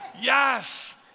yes